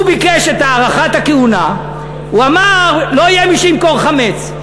הוא ביקש את הארכת הכהונה ואמר: לא יהיה מי שימכור חמץ.